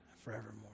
forevermore